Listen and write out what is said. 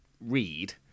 read